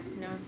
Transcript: no